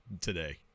today